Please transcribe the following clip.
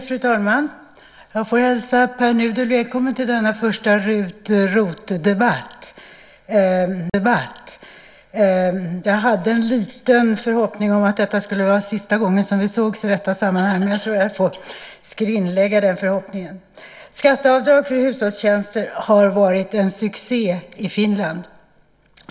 Fru talman! Jag hälsar Pär Nuder välkommen till denna första RUT/ROT-debatt. Jag hade en liten förhoppning om att detta skulle vara den sista gången som vi sågs i det här sammanhanget, men jag tror att jag får skrinlägga den förhoppningen. Skatteavdrag för hushållstjänster har varit en succé i Finland.